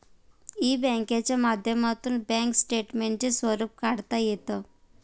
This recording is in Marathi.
ई बँकिंगच्या माध्यमातून बँक स्टेटमेंटचे स्वरूप काढता येतं